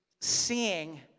seeing